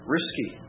Risky